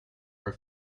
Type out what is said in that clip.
are